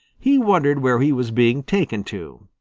he wondered where he was being taken to.